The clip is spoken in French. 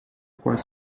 croît